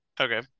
Okay